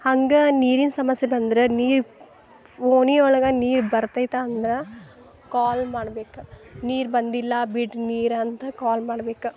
ಹಂಗೆ ನೀರಿನ ಸಮಸ್ಯೆ ಬಂದರೆ ನೀರು ಓಣಿ ಒಳಗೆ ನೀರು ಬರ್ತೈತೆ ಅಂದ್ರೆ ಕಾಲ್ ಮಾಡ್ಬೇಕು ನೀರು ಬಂದಿಲ್ಲ ಬಿಡಿ ನೀರಂತ ಕಾಲ್ ಮಾಡ್ಬೇಕು